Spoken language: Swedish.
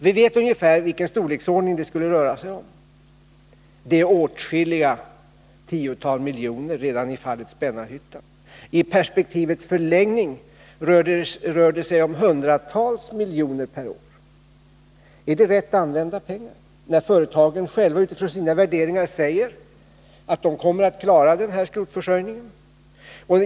Vi vet ungefär vilken storleksordning det skulle röra sig om. Det är åtskilliga tiotals miljoner redan i fallet Spännarhyttan. I perspektivets förlängning rör det sig om hundratals miljoner per år. Är det rätt använda pengar, när företagen själva utifrån sina värderingar säger att de kommer att klara skrotförsörjningen?